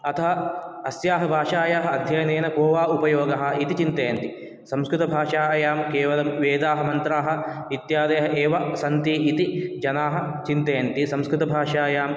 अतः अस्याः भाषायाः अध्ययनेन को वा उपयोगः इति चिन्तयन्ति संस्कृतभाषायां केवलं वेदाः मन्त्राः इत्यादयः एव सन्ति इति जनाः चिन्तयन्ति संस्कृतभाषायां